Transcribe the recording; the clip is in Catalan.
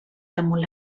damunt